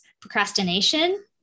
procrastination